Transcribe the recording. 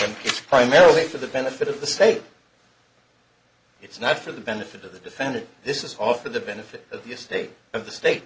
you it's primarily for the benefit of the state it's not for the benefit of the defendant this is all for the benefit of the estate of the state